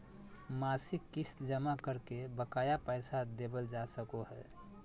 मासिक किस्त जमा करके बकाया पैसा देबल जा सको हय